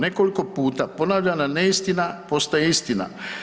Nekoliko puta ponavljana neistina postaje istina.